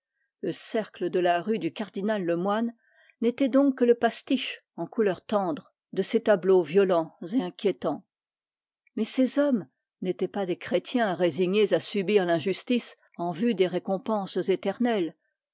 le cercle de la rue du cardinal lemoine n'était donc que le pastiche en couleurs tendres de ces tableaux inquiétants mais ces hommes n'étaient pas des chrétiens résignés à subir l'injustice en vue des récompenses éternelles